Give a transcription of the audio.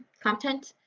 content.